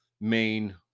main